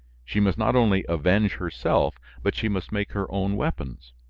she must not only avenge herself, but she must make her own weapons.